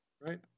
right